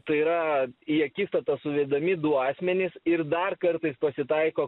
tai yra į akistatą suvedami du asmenys ir dar kartais pasitaiko